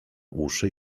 uszy